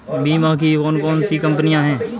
बीमा की कौन कौन सी कंपनियाँ हैं?